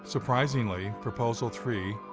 surprisingly, proposal three,